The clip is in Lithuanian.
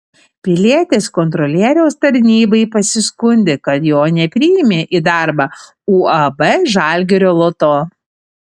pilietis kontrolieriaus tarnybai pasiskundė kad jo nepriėmė į darbą uab žalgirio loto